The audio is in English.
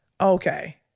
okay